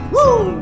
Woo